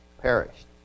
perished